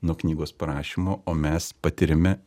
nuo knygos parašymo o mes patiriame